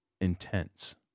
intense